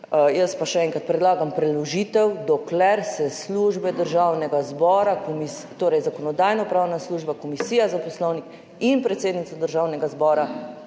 Jaz pa še enkrat predlagam preložitev, dokler se službe Državnega zbora torej Zakonodajno-pravna služba, Komisija za poslovnik in predsednica Državnega zbora